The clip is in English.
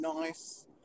nice